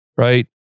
right